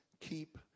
keep